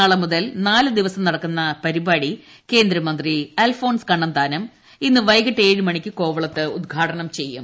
നാളെ മുതൽ നാല് ദിവസം നടക്കുന്ന പരിപ്പാടി കേന്ദ്രമന്ത്രി അൽഫോൺസ് കണ്ണ ന്താനം ഇന്ന് വൈകിട്ട് ഏഴ് മണിക്ക് കോവളത്ത് ഉദ്ഘാടനം ചെയ്യും